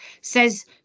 says